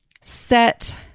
set